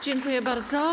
Dziękuję bardzo.